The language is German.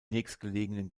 nächstgelegenen